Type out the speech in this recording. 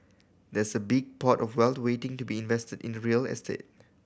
there's a big pot of wealth waiting to be invested in the real estate